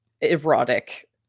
erotic